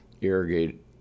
irrigate